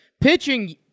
Pitching